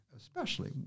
especially